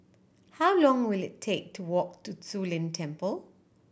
how long will it take to walk to Zu Lin Temple